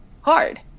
hard